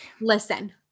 listen